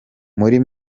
muri